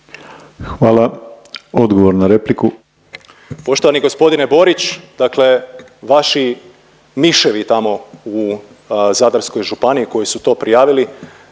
Hvala. Odgovor na repliku.